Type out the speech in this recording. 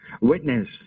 witness